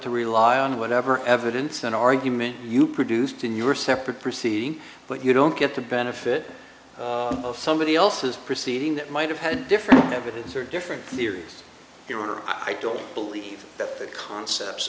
to rely on whatever evidence and argument you produced in your separate proceeding but you don't get the benefit of somebody else's proceeding that might have had different evidence or different theories here or i don't believe that the concepts